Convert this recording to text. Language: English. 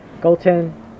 Goten